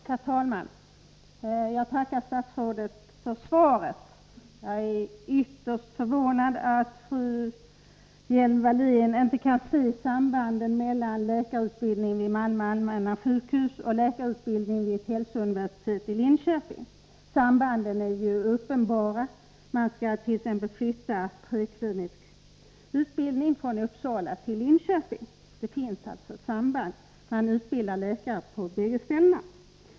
Herr talman! Jag tackar statsrådet för svaret. Jag är ytterst förvånad att fru Om planerna på ett Hjelm-Wallén inte kan se sambanden mellan läkarutbildningen vid Malmö = hälsouniversitet i allmänna sjukhus och läkarutbildningen vid ett hälsouniversitet i Linköping. Linköping Sambanden är ju uppenbara. Man skallt.ex. flytta preklinisk utbildning från Uppsala till Linköping. Det finns alltså ett samband. Man skall utbilda läkare på bägge ställena.